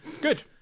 Good